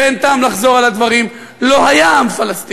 ואין טעם לחזור על הדברים: לא היה עם פלסטיני.